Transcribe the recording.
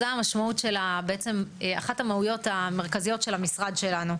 זו המשמעות, אחת המהויות המרכזיות של המשרד שלנו.